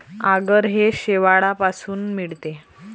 आगर हे शेवाळापासून मिळते